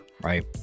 right